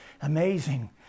Amazing